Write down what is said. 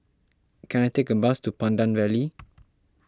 can I take a bus to Pandan Valley